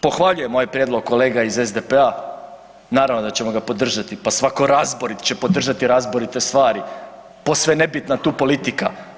Pohvaljujem ovaj prijedlog kolega iz SDP-a, naravno da ćemo ga podržati, pa svako razborit će podržati razborite stvari, posve je nebitna tu politika.